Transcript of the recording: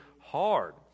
hard